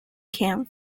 camp